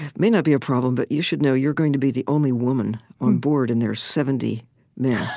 and may not be a problem, but you should know, you're going to be the only woman on board, and there are seventy yeah